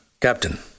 Captain